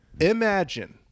imagine